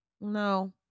No